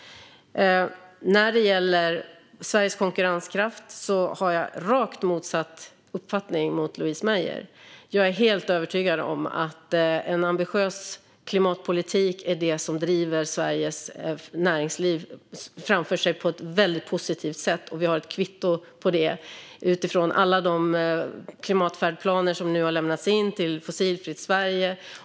När det gäller Sveriges konkurrenskraft är min uppfattning rakt motsatt Louise Meijers. Jag är helt övertygad om att en ambitiös klimatpolitik är det som driver Sveriges näringsliv framför sig på ett väldigt positivt sätt. Vi har ett kvitto på detta i alla de klimatfärdplaner som nu har lämnats in till Fossilfritt Sverige.